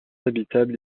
habitable